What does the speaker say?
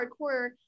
hardcore